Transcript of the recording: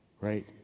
right